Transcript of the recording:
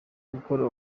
gukora